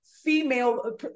female